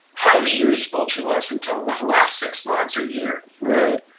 highly useful to us until the last six months or year right.